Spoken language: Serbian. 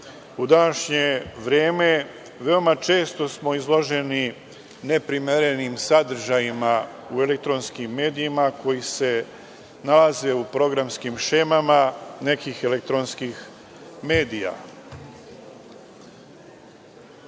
U današnje vreme veoma često smo izloženi neprimerenim sadržajima u elektronskim medijima koji se nalaze u programskim šemama nekih elektronskih medija. Tako